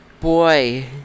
boy